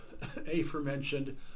aforementioned